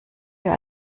wir